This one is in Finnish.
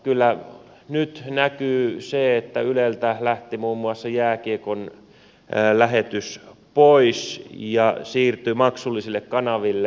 kyllä nyt näkyy se että yleltä lähti muun muassa jääkiekon lähetys pois ja siirtyi maksullisille kanaville